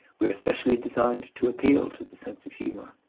we are specially designed to appeal to the sense of humour.